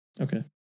Okay